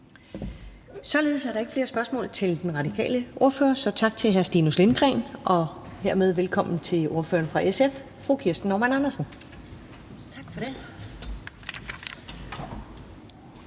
Således er der ikke flere spørgsmål til den radikale ordfører, så tak til hr. Stinus Lindgreen. Hermed velkommen til ordføreren for SF, fru Kirsten Normann Andersen. Kl.